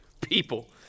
People